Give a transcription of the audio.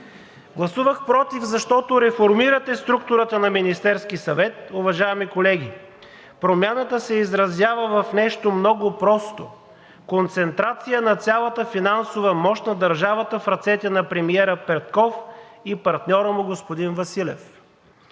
Гласувах против, защото реформирате структурата на Министерския съвет, уважаеми колеги. Промяната се изразява в нещо много просто – концентрация на цялата финансова мощ на държавата в ръцете на премиера Петков и партньора му господин Василев.